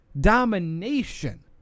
Domination